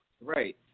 Right